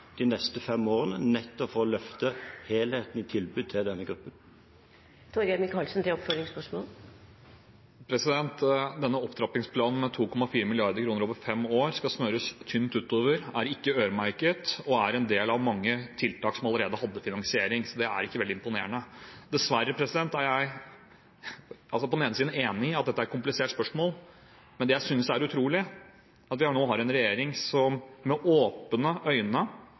de neste fem årene nettopp for å løfte helheten i tilbudet til denne gruppen. Midlene i denne opptrappingsplanen, 2,4 mrd. kr over fem år, skal smøres tynt utover, er ikke øremerket og er en del av mange tiltak som allerede har finansiering, så det er ikke veldig imponerende. Jeg er enig i at dette er et komplisert spørsmål, men det jeg synes er utrolig, er at vi nå har en regjering som med åpne øyne